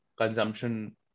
consumption